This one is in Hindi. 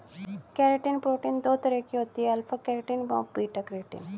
केरेटिन प्रोटीन दो तरह की होती है अल्फ़ा केरेटिन और बीटा केरेटिन